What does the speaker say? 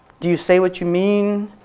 do you say what you mean?